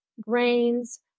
grains